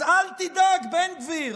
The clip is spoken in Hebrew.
אז אל תדאג, בן גביר.